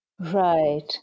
Right